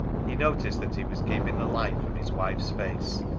he noticed that he was keeping the light from his wife's face,